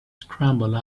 scramble